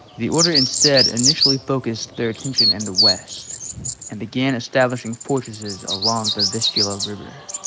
the order instead initially focused their attention and the west and began establishing fortresses along the vistula river